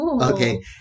Okay